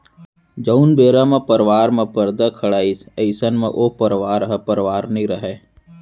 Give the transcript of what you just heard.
जउन बेरा म परवार म परदा खड़ाइस अइसन म ओ परवार ह परवार नइ रहय